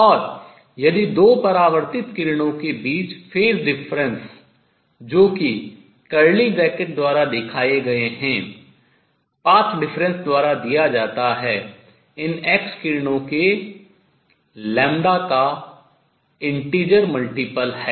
और यदि दो परावर्तित किरणों के बीच phase difference कलांतर जो कि curly bracket घुंघराले ब्रैकेट द्वारा दिखाए गए path difference पथांतर द्वारा दिया जाता है इन एक्स किरणों के लैम्ब्डा तरंगदैर्ध्य का पूर्ण गुणज है